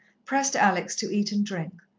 pressed alex to eat and drink,